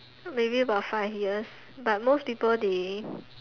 maybe about five years but most people they